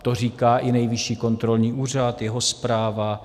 To říká i Nejvyšší kontrolní úřad, jeho zpráva.